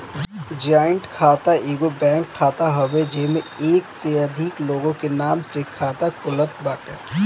joint खाता एगो bank खाता हवे जेमे एक से अधिका लोग के नाम से खाता खुलत बाटे